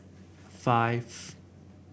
five